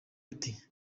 ati